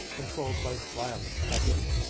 controlled by violent effort.